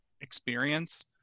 experience